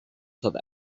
south